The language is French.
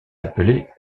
appeler